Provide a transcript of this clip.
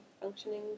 functioning